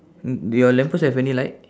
mm do your lamp post have any light